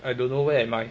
I don't know where am I